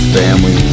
family